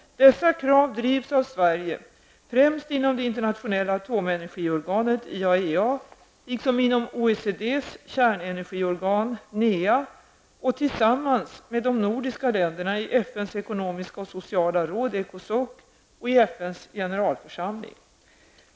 Dessa krav drivs av Sverige främst inom det internationella atomenergiorganet, IAEA, liksom inom OECDs kärnenergiorgan, NEA, och tillsammans med de nordiska länderna i FNs ekonomiska och sociala råd, Ecosoc, och i FNs generalförsamling.